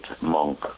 monk